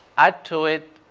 add to it